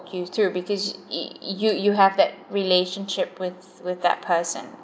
you through because yo~ you you have that relationship with with that person